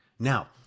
Now